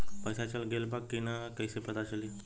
पइसा चल गेलऽ बा कि न और कइसे पता चलि?